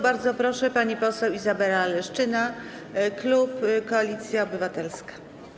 Bardzo proszę, pani poseł Izabela Leszczyna, klub Koalicja Obywatelska.